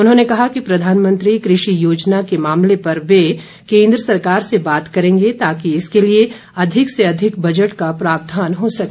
उन्होंने कहा कि प्रधानमंत्री कृषि योजना के मामले पर वे केन्द्र सरकार से बात करेंगे ताकि इसके लिए अधिक से अधिक बजट का प्रावधान हो सके